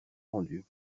rendu